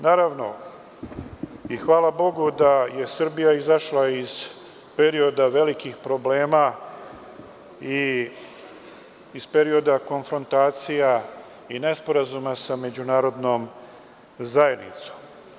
Naravno i hvala bogu da je Srbija izašla iz velikih problema i iz perioda konfrontacija i nesporazuma sa međunarodnom zajednicom.